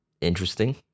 Interesting